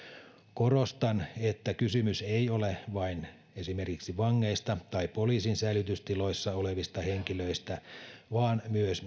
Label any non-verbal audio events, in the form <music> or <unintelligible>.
korostan että kysymys ei ole vain esimerkiksi vangeista tai poliisin säilytystiloissa olevista henkilöistä vaan myös <unintelligible>